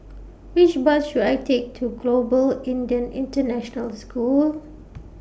Which Bus should I Take to Global Indian International School